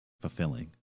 fulfilling